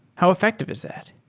how effective is that?